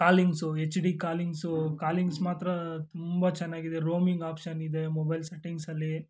callings H D callings callings ಮಾತ್ರ ತುಂಬ ಚೆನ್ನಾಗಿದೆ ರೋಮಿಂಗ್ ಆಪ್ಷನ್ ಇದೆ ಮೊಬೈಲ್ ಸೆಟ್ಟಿಂಗ್ಸಲ್ಲಿ